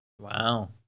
Wow